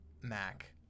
Mac